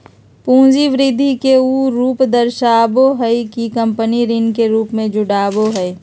पूंजी वृद्धि के उ रूप दर्शाबो हइ कि कंपनी ऋण के रूप में जुटाबो हइ